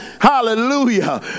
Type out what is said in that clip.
hallelujah